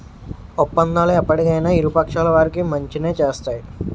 ఒప్పందాలు ఎప్పటికైనా ఇరు పక్షాల వారికి మంచినే చేస్తాయి